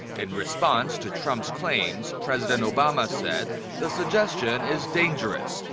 in response to trump's claims, president obama said the suggestion is dangerous.